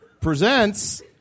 presents